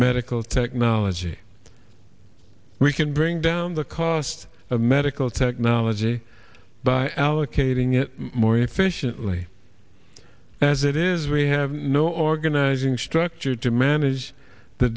medical technology we can bring down the cost of medical technology by allocating it more efficiently as it is we have no organizing structure to manage the